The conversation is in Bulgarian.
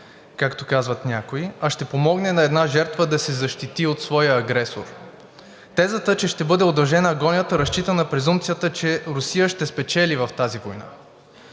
както казват някои, а ще помогне на една жертва да се защити от своя агресор. Тезата, че ще бъде удължена агонията разчита на презумпцията, че Русия ще спечели в тази война.